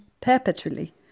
perpetually